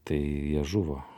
tai jie žuvo